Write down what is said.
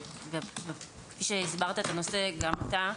כפי שהסברת את הנושא גם אתה,